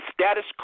status